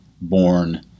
born